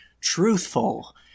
truthful